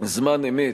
בזמן אמת,